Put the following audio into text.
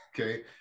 okay